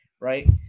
right